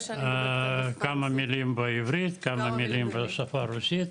כמה מילים בעברית כמה מילים בשפה רוסית.